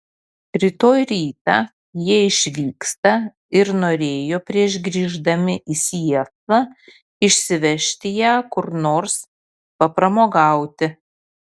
rytoj rytą jie išvyksta ir norėjo prieš grįždami į sietlą išsivežti ją kur nors papramogauti